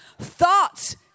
thoughts